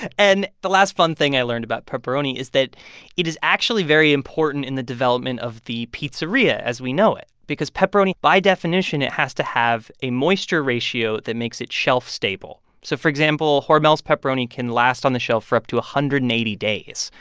and the last fun thing i learned about pepperoni is that it is actually very important in the development of the pizzeria as we know it because pepperoni by definition it has to have a moisture ratio that makes its shelf stable. so, for example, hormel's pepperoni can last on the shelf for up to one hundred and eighty days,